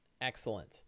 Excellent